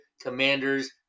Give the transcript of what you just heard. Commanders